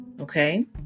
okay